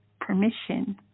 permission